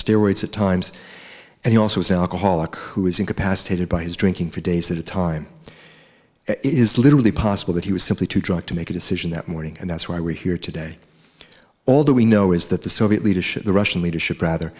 steroids at times and he also was alcoholic who was incapacitated by his drinking for days at a time is literally possible that he was simply too drunk to make a decision that morning and that's why we're here today although we know is that the soviet leadership the russian leadership rather